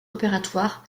opératoire